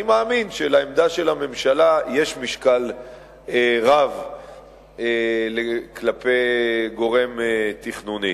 אני מאמין שלעמדה של הממשלה יש משקל רב כלפי גורם תכנוני.